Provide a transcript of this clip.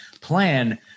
plan